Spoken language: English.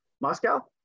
Moscow